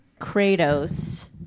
Kratos